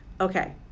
Okay